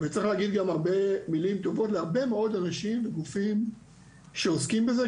וצריך להגיד גם הרבה מילים טובות להרבה מאוד אנשים וגופים שעוסקים בזה,